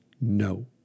no